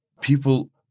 people